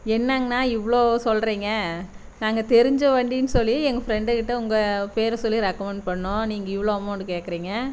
என்னாங்கண்ணா இவ்வளோ சொல்லுறீங்க நாங்கள் தெரிஞ்ச வண்டினு சொல்லி எங்கள் ஃப்ரெண்டுகிட்ட உங்கள் பேரை சொல்லி ரெக்கமண்ட் பண்ணிணோம் நீங்கள் இவ்வளோ அமௌண்டு கேட்குறீங்க